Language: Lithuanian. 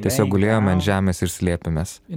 tiesiog gulėjom ant žemės ir slėpėmės